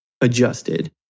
adjusted